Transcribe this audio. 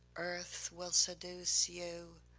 earth will seduce you,